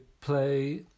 play